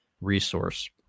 resource